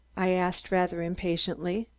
i asked rather impatiently.